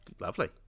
Lovely